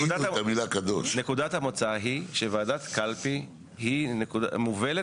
נקודת המוצא היא שוועדת קלפי היא מובלת